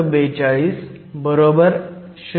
42 0